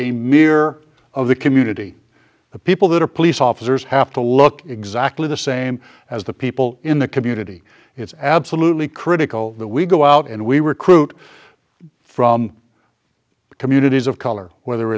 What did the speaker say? a mirror of the community the people that are police officers have to look exactly the same as the people in the community it's absolutely critical that we go out and we recruit from communities of color whether